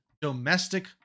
domestic